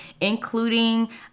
including